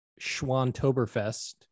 Schwantoberfest